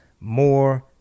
more